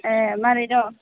ए माबोरै दं